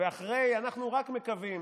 ואחרי, אנחנו רק מקווים